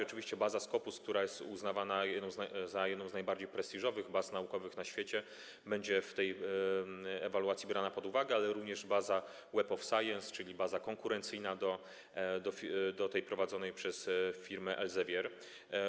Oczywiście baza Scopus, która jest uznawana za jedną z najbardziej prestiżowych baz naukowych na świecie, będzie w tej ewaluacji brana pod uwagę, jak również baza Web of Science, czyli baza konkurencyjna do tej prowadzonej przez firmę Elsevier.